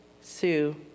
Sue